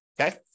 okay